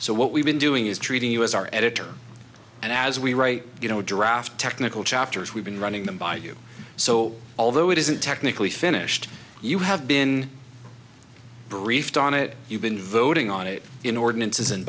so what we've been doing is treating us our editor and as we write you know draft technical chapters we've been running them by you so although it isn't technically finished you have been briefed on it you've been voting on it in ordinances